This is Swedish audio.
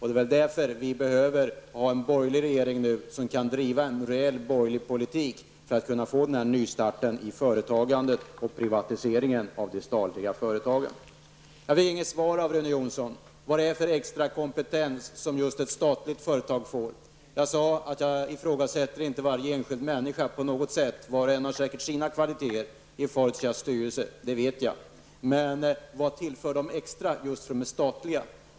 Det är därför vi behöver ha en borgerlig regering som kan driva en rejält borgerlig politik, för att få nystart i företagandet och privatiseringen av de statliga företagen. Jag fick inget svar av Rune Jonsson på vad det finns för extra kompetens just i ett statligt företag. Jag sade att jag ifrågasätter inte varje enskild människa på något sätt. Att var och en i Fortias styrelse har sina kvaliteter, det vet jag, men vad tillför de just för att de är statliga?